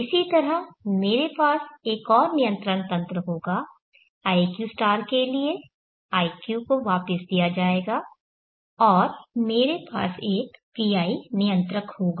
इसी तरह मेरे पास एक और नियंत्रण तंत्र होगा iq के लिए iq को वापस दिया जाएगा और मेरे पास एक PI नियंत्रक होगा